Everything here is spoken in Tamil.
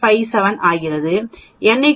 57 ஆகிறது n 3 க்கு சமம் 4